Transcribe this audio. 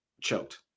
choked